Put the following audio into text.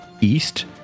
east